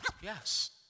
Yes